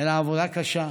אלא עבודה קשה,